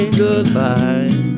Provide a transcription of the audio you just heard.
goodbye